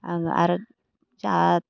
आङो आरो दा